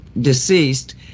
deceased